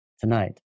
tonight